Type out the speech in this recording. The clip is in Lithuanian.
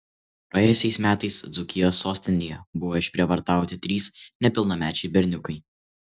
praėjusiais metais dzūkijos sostinėje buvo išprievartauti trys nepilnamečiai berniukai